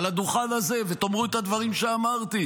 על הדוכן הזה ותאמרו את הדברים שאמרתי.